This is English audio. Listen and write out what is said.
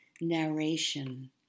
narration